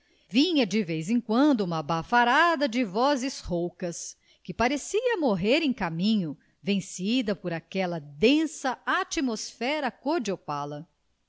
vinha de vez em quando uma baforada de vozes roucas que parecia morrer em caminho vencida por aquela densa atmosfera cor de opala